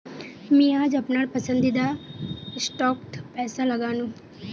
मी आज अपनार पसंदीदा स्टॉकत पैसा लगानु